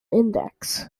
index